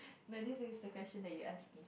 like this is the question that you ask me